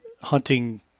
hunting